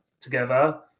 together